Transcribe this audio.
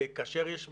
כאשר יש מחסור,